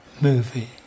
movie